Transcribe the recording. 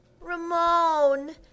Ramon